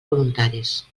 voluntaris